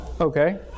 Okay